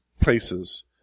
places